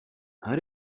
how